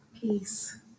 Peace